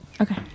Okay